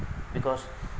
because